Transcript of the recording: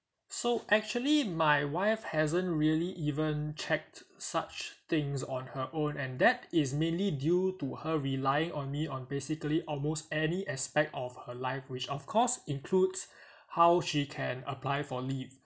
so actually my wife hasn't really even checked such things on her own and that is mainly due to her relying on me on basically almost any aspect of her life which of course includes how she can apply for leave